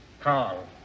Carl